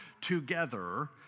together